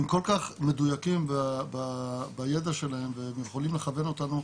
הם כל כך מדויקים בידע שלהם, ויכולים לכוון אותנו.